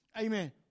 Amen